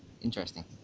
Interesting